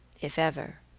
if ever,